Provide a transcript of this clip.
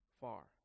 far